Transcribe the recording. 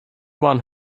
one